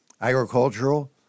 agricultural